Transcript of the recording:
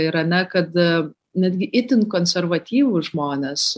irane kada netgi itin konservatyvūs žmonės